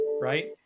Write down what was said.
Right